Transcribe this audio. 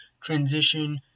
Transition